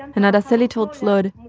and araceli told flor,